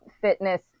fitness